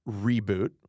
reboot